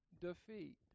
defeat